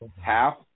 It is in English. half